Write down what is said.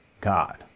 God